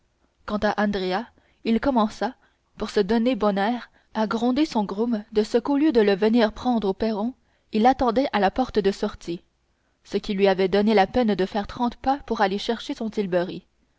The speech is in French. quant à andrea il commença pour se donner bon air à gronder son groom de ce qu'au lieu de le venir prendre au perron il l'attendait à la porte de sortie ce qui lui avait donné la peine de faire trente pas pour aller chercher son tilbury